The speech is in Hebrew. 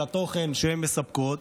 על התוכן שהן מספקות,